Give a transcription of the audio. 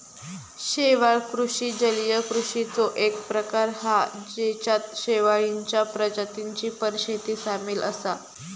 शेवाळ कृषि जलीय कृषिचो एक प्रकार हा जेच्यात शेवाळींच्या प्रजातींची पण शेती सामील असा